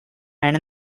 and